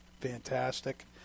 fantastic